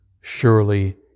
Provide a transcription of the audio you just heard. Surely